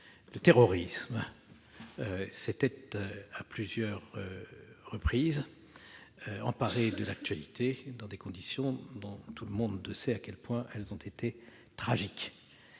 le terrorisme s'est à plusieurs reprises emparé de l'actualité, dans des conditions dont tout le monde sait à quel point elles ont été tragiques.